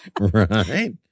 right